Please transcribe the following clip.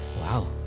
Wow